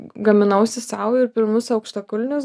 gaminausi sau ir pirmus aukštakulnius